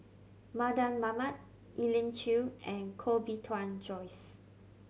Mardan Mamat Elim Chew and Koh Bee Tuan Joyce